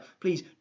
Please